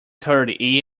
thirty